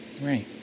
Right